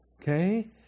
okay